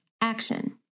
action